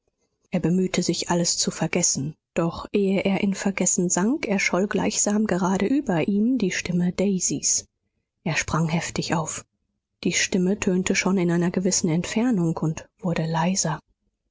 er bemühte sich alles zu vergessen doch ehe er in vergessen sank erscholl gleichsam gerade über ihm die stimme daisys er sprang heftig auf die stimme tönte schon in einer gewissen entfernung und wurde leiser